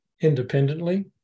independently